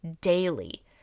daily